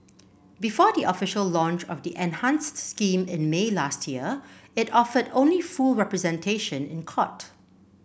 before the official launch of the enhanced scheme in May last year it offered only full representation in court